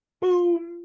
Boom